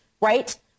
right